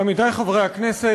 עמיתי חברי הכנסת,